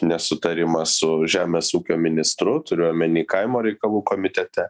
nesutarimą su žemės ūkio ministru turiu omeny kaimo reikalų komitete